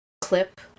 clip